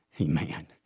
Amen